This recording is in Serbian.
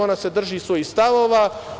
Ona se drži svojih stavova.